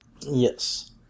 Yes